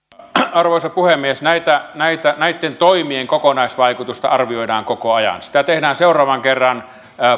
arvoisa puhemies näitten toimien kokonaisvaikutusta arvioidaan koko ajan sitä tehdään seuraavan kerran